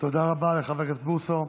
תודה רבה לחבר הכנסת בוסו.